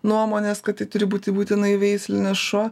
nuomonės kad tai turi būti būtinai veislinis šuo